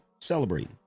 celebrating